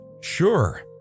Sure